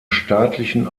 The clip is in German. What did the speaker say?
staatlichen